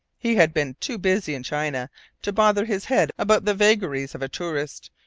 he had been too busy in china to bother his head about the vagaries of a tourist,